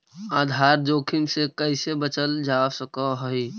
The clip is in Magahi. आधार जोखिम से कइसे बचल जा सकऽ हइ?